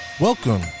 Welcome